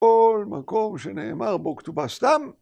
כל מקום שנאמר בו כתובה סתם.